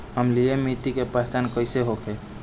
अम्लीय मिट्टी के पहचान कइसे होखे?